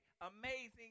amazing